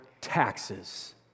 taxes